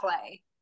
play